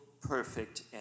perfect